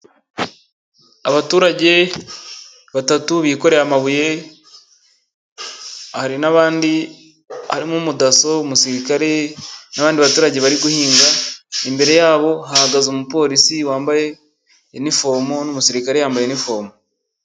Abaturage batatu, bikoreye amabuye, hari n'abandi arimo umudaso, umusirikare n'abandi baturage, bari guhinga, imbere yabo hahagaze umupolisi wambaye inifomu n'umusirikare wambaye inifomu.